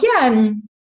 again